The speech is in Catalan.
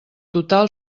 total